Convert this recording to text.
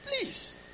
Please